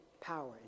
power